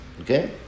okay